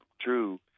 true